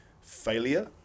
failure